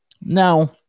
Now